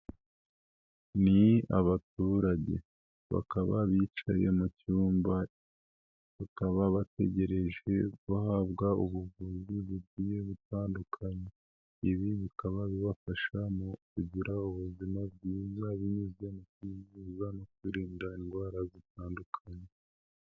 Ni abaturage bakaba bicaye mu cyumba bakaba bategereje guhabwa ubuvuzi bugiye gutandukanya, ibi bikaba bibafasha mu kugira ubuzima bwiza binyuze mu kwivuza no kwirinda indwara zitandukanye.